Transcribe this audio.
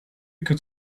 could